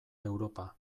europa